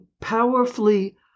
powerfully